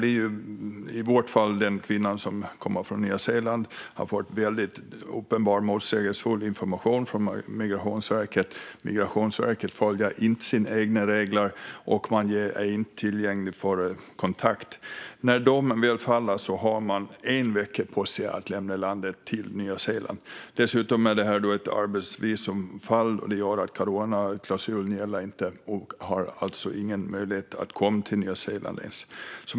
I vårt fall är det en kvinna som kommer från Nya Zeeland som har fått väldigt motsägelsefull information från Migrationsverket. Migrationsverket följer inte sina egna regler, och de är inte tillgängliga för kontakt. När dom väl fallit har man en vecka på sig att lämna landet för att åka till Nya Zeeland. Dessutom är detta ett arbetsvisumfall. Det gör att coronaklausulen inte gäller, och man har alltså ingen möjlighet att komma till Nya Zee-land.